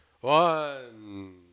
One